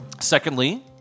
Secondly